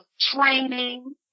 training